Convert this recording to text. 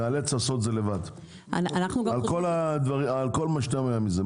ניאלץ לעשות את זה לבד, על כל המשתמע מזה.